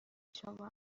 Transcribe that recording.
شما